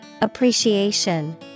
Appreciation